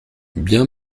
bien